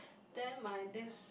then my this